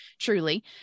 truly